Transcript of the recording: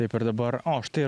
taip ir dabar o štai